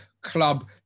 club